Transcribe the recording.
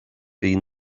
bhí